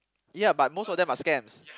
yeah but most of them are scams